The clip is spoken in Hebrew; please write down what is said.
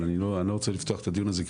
אבל אני לא רוצה לפתוח את הדיון כי